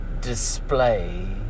display